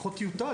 לפחות טיוטה,